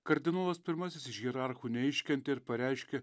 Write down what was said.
kardinolas pirmasis iš hierarchų neiškentė ir pareiškė